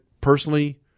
personally